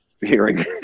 hearing